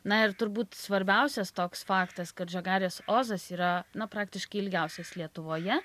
na ir turbūt svarbiausias toks faktas kad žagarės ozas yra na praktiškai ilgiausias lietuvoje